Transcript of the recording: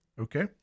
okay